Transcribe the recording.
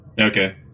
Okay